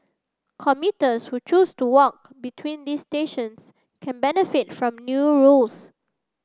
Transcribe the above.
commuters who choose to walk between these stations can benefit from new rules